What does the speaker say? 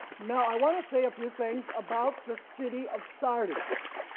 now i want to say a few things about the city of sardis,